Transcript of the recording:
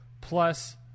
plus